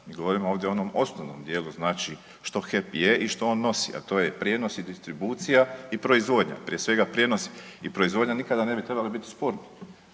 Mi govorimo ovdje o onom osnovnom dijelu, znači što HEP je i što on nosi, a to je prijenos i distribucije i proizvodnja. Prije svega prijenos i proizvodnja nikada ne bi trebali biti sporni